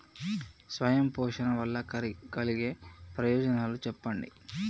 స్వయం పోషణ వల్ల కలిగే ప్రయోజనాలు చెప్పండి?